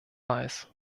weiß